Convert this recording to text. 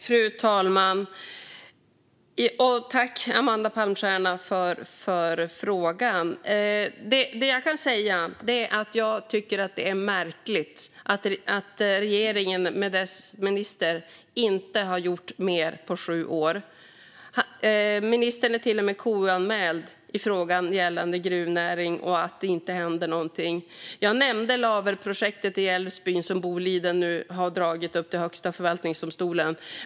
Fru talman! Tack, Amanda Palmstierna, för frågan! Det jag kan säga är att jag tycker att det är märkligt att regeringen och dess minister inte har gjort mer på sju år. Ministern är till och med KU-anmäld i frågan gällande gruvnäring och att det inte händer någonting. Jag nämnde Laverprojektet i Älvsbyn, som Boliden nu har dragit upp till Högsta förvaltningsdomstolen.